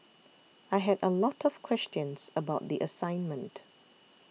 I had a lot of questions about the assignment